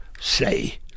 Say